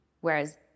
Whereas